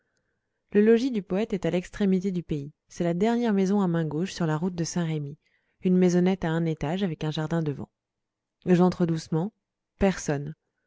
le logis du poète est à l'extrémité du pays c'est la dernière maison à main gauche sur la route de saint-remy une maisonnette à un étage avec un jardin devant j'entre doucement personne